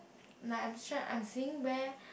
like I am sure I am seeing where